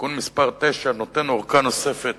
תיקון מס' 9 נותן ארכה נוספת